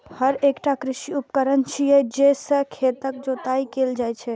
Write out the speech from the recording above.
हर एकटा कृषि उपकरण छियै, जइ से खेतक जोताइ कैल जाइ छै